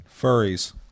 Furries